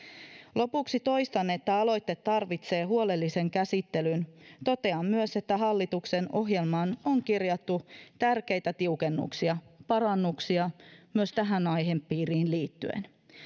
lopuksi toistan että aloite tarvitsee huolellisen käsittelyn totean myös että hallituksen ohjelmaan on kirjattu tärkeitä tiukennuksia parannuksia myös tähän aihepiiriin liittyen